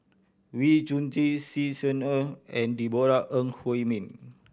Wee Chong Jin Xi Ni Er and Deborah Ong Hui Min